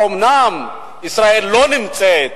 האומנם ישראל לא נמצאת,